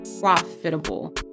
profitable